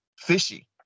fishy